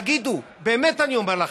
תגידו, באמת אני אומר לכם: